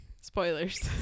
spoilers